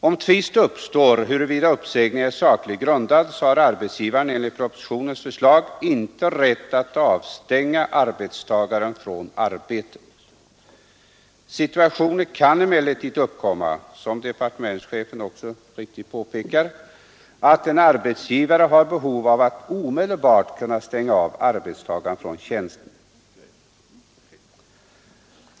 Om tvist uppstår huruvida uppsägning är sakligt grundad har arbetsgivaren enligt propositionens förslag inte rätt att avstänga arbetstagaren från arbetet. Den situationen kan emellertid, som departementschefen också mycket riktigt påpekar, uppkomma att en arbetsgivare har behov av att omedelbart avstänga arbetstagaren från tjänsten.